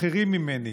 אחרים ממני,